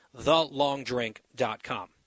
TheLongDrink.com